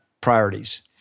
priorities